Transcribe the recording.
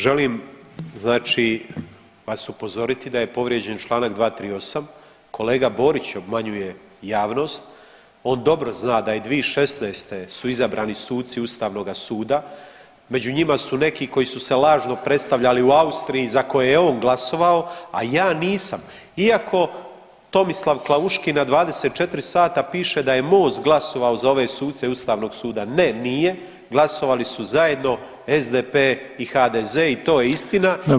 Želim znači vas upozoriti da je povrijeđen čl. 238., kolega Borić obmanjuje javnost, on dobro zna da 2016. su izabrani suci ustavnoga suda, među njima su neki koji su se lažno predstavljali u Austriji za koje je on glasovao, a ja nisam, iako Tomislav Klauški na 24 sata piše da je Most glasovao za ove suce ustavnog suda, ne nije, glasovali su zajedno SDP i HDZ i to je istina.